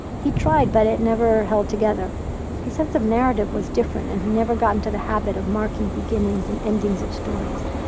he tried, but it never held together his sense of narrative was different, and he never got and the habit of marking beginnings and endings of stories.